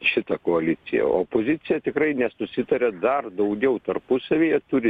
šitą koaliciją opozicija tikrai nesusitaria dar daugiau tarpusavyje turi